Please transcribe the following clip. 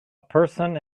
person